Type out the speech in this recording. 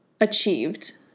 achieved